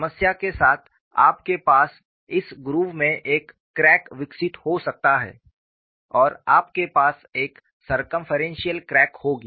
समय के साथ आपके पास इस ग्रूव में एक क्रैक विकसित हो सकता हैं और आपके पास एक सरकमफेरेंशिअल क्रैक होगी